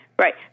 Right